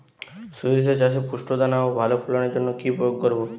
শরিষা চাষে পুষ্ট দানা ও ভালো ফলনের জন্য কি প্রয়োগ করব?